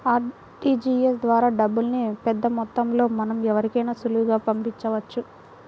RTGS ద్వారా డబ్బుల్ని పెద్దమొత్తంలో మనం ఎవరికైనా సులువుగా పంపించవచ్చు